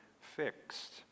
fixed